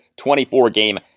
24-game